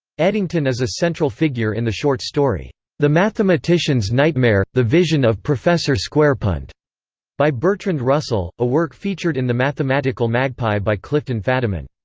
eddington is a central figure in the short story the mathematician's nightmare the vision of professor squarepunt by bertrand russell, a work featured in the mathematical magpie by clifton fadiman.